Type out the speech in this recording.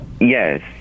Yes